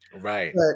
Right